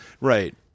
Right